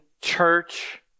church